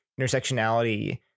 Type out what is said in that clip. intersectionality